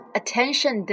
attention